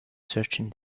searching